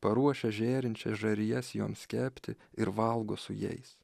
paruošia žėrinčias žarijas joms kepti ir valgo su jais